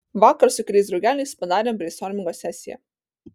vakar su keliais draugeliais padarėm breinstormingo sesiją